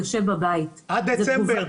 יושב בבית --- עד דצמבר,